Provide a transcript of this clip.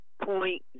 Point